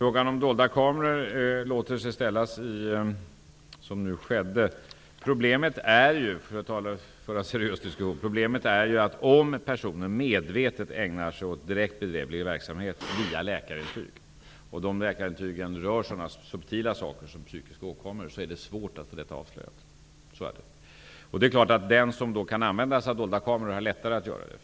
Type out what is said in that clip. Herr talman! Problemet gäller ju, för att föra en seriös diskussion, om personer medvetet ägnar sig åt direkt bedräglig verksamhet via läkarintyg. Eftersom läkarintygen rör så subtila saker som psykiska åkommor är det svårt att få detta avslöjat. Det är klart att den som kan använda sig av dolda kameror har lättare att göra det.